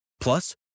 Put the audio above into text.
Plus